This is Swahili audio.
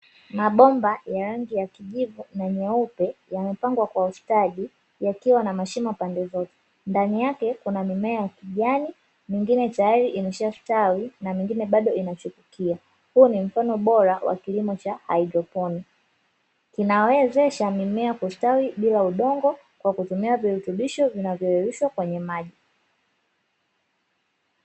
Mabomba ya rangi ya kijivu na nyeupe yamepangwa kwa ustadi yakiwa na mashimo pande zote. Ndani yake kuna mimea ya kijani mingine tayari imeshastawi na mingine bado inachipukia. Huu ni mfano bora wa kilimo cha haidroponi, kinawezesha mimea kustawi bila udongo kwa kutumia virutubisho vinavyoyeyushwa kwenye maji.